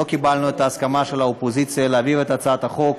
לא קיבלנו את ההסכמה של האופוזיציה להעביר את הצעת החוק